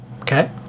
Okay